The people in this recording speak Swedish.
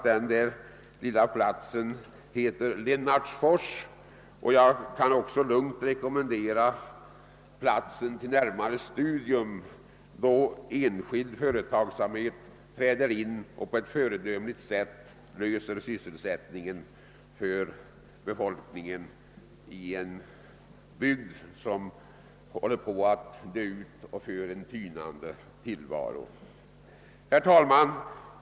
Den lilla orten heter Lennartsfors, och jag kan lugnt rekommendera den för ett närmare studium av hur enskild företagsamhet träder in och på ett föredömligt sätt klarar sysselsättningen för befolkningen i en bygd som håller på att dö ut. Herr talman!